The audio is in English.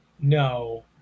No